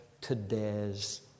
today's